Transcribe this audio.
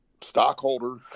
stockholder